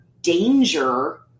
danger